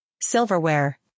silverware